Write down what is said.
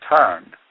turned